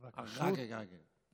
אבל כשרות, רק רגע, רק רגע.